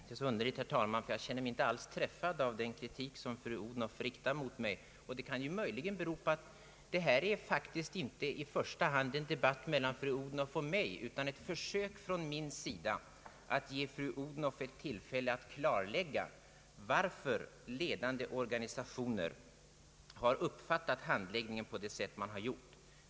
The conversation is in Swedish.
Herr talman! Underligt nog känner jag mig inte alls träffad av den kritik som fru Odhnoff riktar mot mig. Det kan bero på att detta i första hand inte är en debatt mellan fru Odhnoff och mig utan ett försök från min sida att ge fru Odhnoff möjlighet att klarlägga förhållandena. Att de ledande organisationerna uppfattat handläggningen på det sätt som nämnts kanske bottnar i missförstånd.